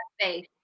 faith